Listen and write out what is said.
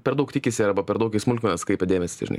per daug tikisi arba per daug į smulkmenas kreipia dėmesį žinai